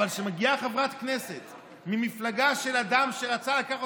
אבל כשמגיעה חברת כנסת ממפלגה של אדם שרצה לקחת